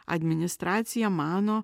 administracija mano